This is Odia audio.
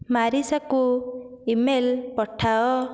ମାରିସାକୁ ଇମେଲ୍ ପଠାଅ